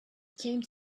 came